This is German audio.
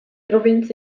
provinz